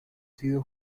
sido